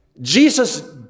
Jesus